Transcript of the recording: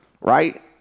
right